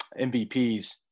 MVPs